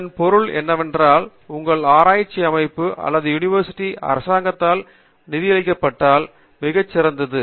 இதன் பொருள் என்னவென்றால் உங்கள் ஆராய்ச்சி அமைப்பு அல்லது யுனிவர்சிட்டி அரசாங்கத்தால் நிதியளிக்கப்பட்டால் மிகச் சிறந்தது